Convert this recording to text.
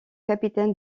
capitaine